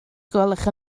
gwelwch